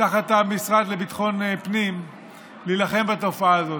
תחת המשרד לביטחון פנים להילחם בתופעה הזאת.